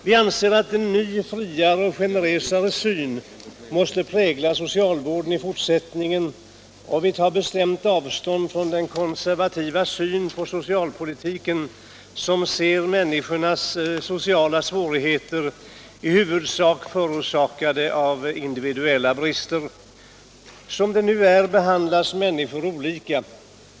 Vi anser att en ny, friare och generösare syn måste prägla socialvården i fortsättningen, och vi tar bestämt avstånd från den konservativa syn på socialpolitiken som anser människornas sociala svårigheter vara i huvudsak förorsakade av individuella brister. Som det nu är behandlas människor olika.